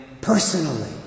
personally